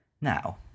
Now